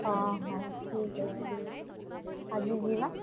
ହଁ ହଉ ଠିକ୍ ଅଛି ଆଜି ଯିବା